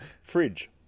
Fridge